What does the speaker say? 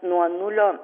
nuo nulio